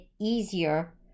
easier